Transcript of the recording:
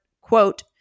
quote